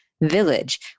village